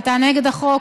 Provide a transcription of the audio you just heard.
הייתה נגד החוק,